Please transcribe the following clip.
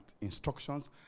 instructions